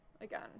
again